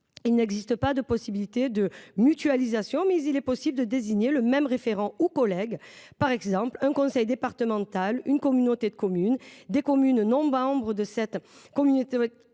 Il n’existe pas de possibilité de mutualisation, mais il est possible de désigner le même référent ou collège ; par exemple, un conseil départemental, une communauté de communes et des communes non-membres de cette communauté